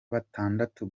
batandatu